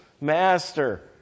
master